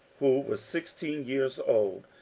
who was sixteen years old,